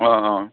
অ' অ'